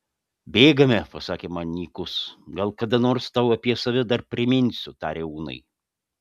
bėgame pasakė man nykus gal kada nors tau apie save dar priminsiu tarė unai